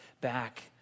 back